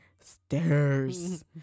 stairs